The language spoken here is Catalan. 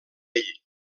ell